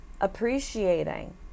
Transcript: appreciating